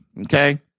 Okay